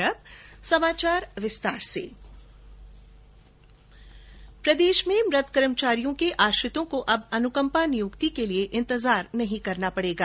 और अब समाचार विस्तार से प्रदेश में मृत कर्मचारियों के आश्रितों को अब अनुकंपा नियुक्ति के लिए इंतजार नहीं करना पड़ेगा